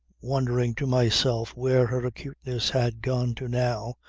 wondering to myself where her acuteness had gone to now,